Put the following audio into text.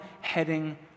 heading